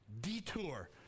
detour